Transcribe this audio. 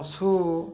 ପଶୁ